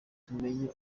tumenye